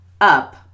up